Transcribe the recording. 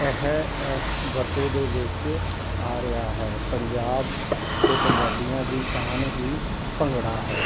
ਇਹ ਵਰਤੋਂ ਦੇ ਵਿੱਚ ਆ ਰਿਹਾ ਹੈ ਪੰਜਾਬ ਅਤੇ ਪੰਜਾਬੀਆਂ ਦੀ ਸ਼ਾਨ ਹੀ ਭੰਗੜਾ ਹੈ